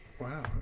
Wow